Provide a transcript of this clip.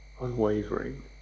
unwavering